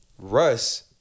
Russ